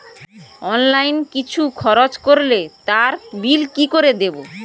Online কিছু খরচ করলে তার বিল কি করে দেবো?